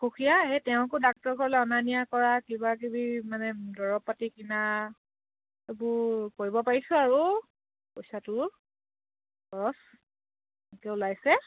অসুখীয়া এই তেওঁকো ডাক্টৰ ঘৰলৈ অনা নিয়া কৰা কিবা কিবি মানে দৰৱ পাতি কিনা এইবোৰ কৰিব পাৰিছোঁ আৰু পইচাটো খৰচ এনেকৈ ওলাইছে